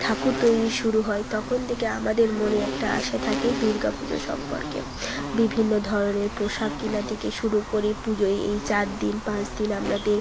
ঠাকুর তৈরি শুরু হয় তখন থেকে আমাদের মনে একটা আশা থাকে দুর্গা পুজো সম্পর্কে বিভিন্ন ধরনের পোশাক কেনা থেকে শুরু করে পুজোয় এই চার দিন পাঁচ দিন আপনাদের